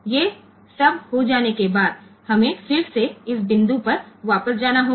ये सब हो जाने के बाद हमें फिर से इस बिंदु पर वापस जाना होगा